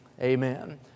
amen